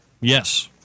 Yes